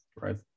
right